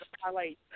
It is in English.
highlight